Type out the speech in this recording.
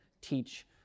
teach